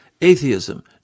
Atheism